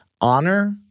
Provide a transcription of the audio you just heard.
honor